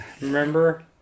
Remember